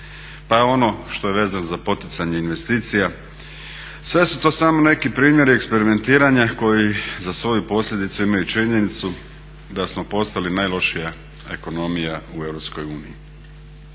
je ono što je vezano za poticanje investicija sve su to samo neki primjeri eksperimentiranja koji za svoju posljedicu imaju činjenicu da smo postali najlošija ekonomija u EU.